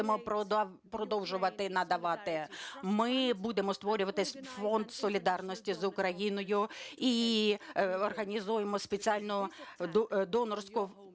Ми будемо створювати Фонд солідарності з Україною і організуємо спеціальну донорську